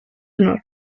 honor